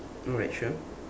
alright sure